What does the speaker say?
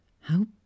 How